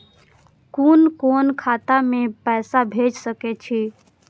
कुन कोण खाता में पैसा भेज सके छी?